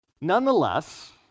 nonetheless